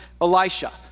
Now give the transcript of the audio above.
Elisha